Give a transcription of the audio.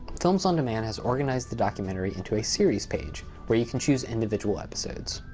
films on demand has organized the documentary into a series page, where you can choose individual episodes.